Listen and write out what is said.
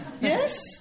Yes